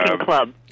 club